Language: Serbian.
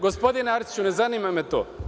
Gospodine Arsiću, ne zanima me to.